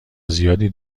زیادی